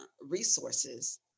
resources